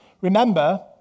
Remember